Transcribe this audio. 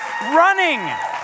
Running